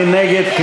מי נגד?